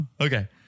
Okay